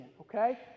okay